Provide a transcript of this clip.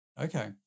Okay